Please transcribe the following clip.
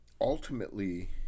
ultimately